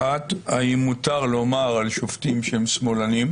אחת, האם מותר לומר על שופטים שהם שמאלנים?